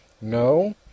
No